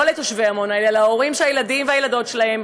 לא לתושבי עמונה אלא להורים שהילדים והילדות שלהם,